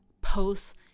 posts